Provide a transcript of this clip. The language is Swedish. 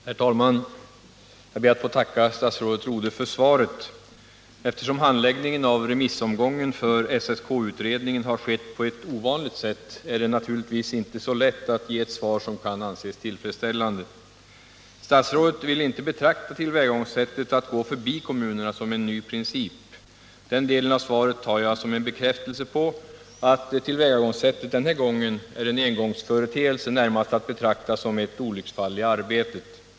Herr talman! Jag ber att få tacka statsrådet Rodhe för svaret. Eftersom handläggningen av remissomgången för SSK-utredningen har skett på ett ovanligt sätt är det naturligtvis inte så lätt att ge ett svar som kan anses tillfredsställande. Statsrådet vill inte betrakta tillvägagångssättet att gå förbi kommunerna som en ny princip. Den delen av svaret tar jag som en bekräftelse på att tillvägagångssättet den här gången är en engångsföreteelse, närmast att betrakta som ett olycksfall i arbetet.